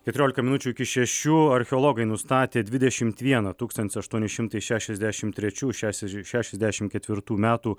keturiolika minučių iki šešių archeologai nustatė dvidešimt vieną tūkstantis aštuoni šimtai šešiasdešim trečių šešias šešiasdešim ketvirtų metų